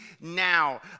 now